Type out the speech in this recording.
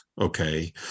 Okay